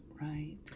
Right